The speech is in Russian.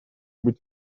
быть